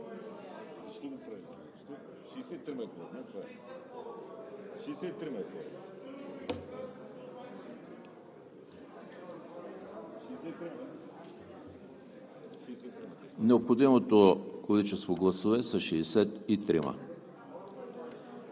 Необходимото количество гласове са 63-ма